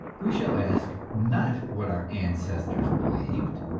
we shall ask, not what our ancestors believed,